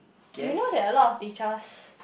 do you know that a lot of teachers